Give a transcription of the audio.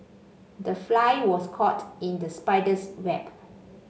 the fly was caught in the spider's web